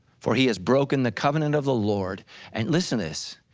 for he has broken the covenant of the lord and listen to this,